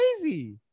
crazy